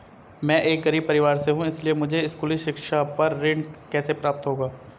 मैं एक गरीब परिवार से हूं इसलिए मुझे स्कूली शिक्षा पर ऋण कैसे प्राप्त होगा?